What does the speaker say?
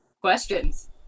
questions